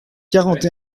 quarante